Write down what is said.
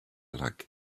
like